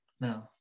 no